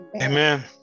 amen